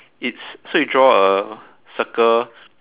it's so you draw a circle